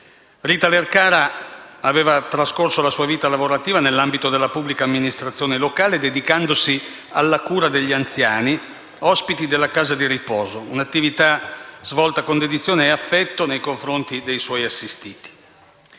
Rita Lercara aveva trascorso la sua vita lavorativa nell'ambito della pubblica amministrazione locale, dedicandosi alla cura degli anziani ospiti della casa di riposo: un'attività svolta con dedizione e affetto nei confronti dei suoi assistiti.